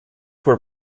were